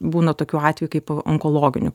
būna tokių atvejų kai po onkologinių